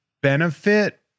benefit